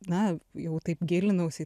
na jau taip gilinausi